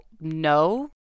no